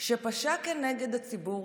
שפשע כנגד הציבור